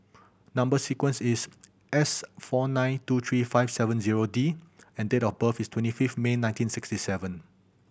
number sequence is S four nine two three five seven zero D and date of birth is twenty fifth May nineteen sixty seven